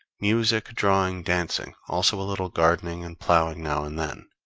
music drawing dancing also a little gardening and ploughing now and then.